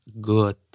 good